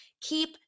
keep